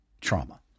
trauma